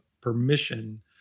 permission